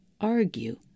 argue